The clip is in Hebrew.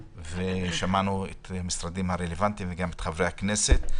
שמענו את המשרדים הרלוונטיים וגם את חברי הכנסת.